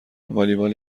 والیبال